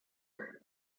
work